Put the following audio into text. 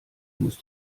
muss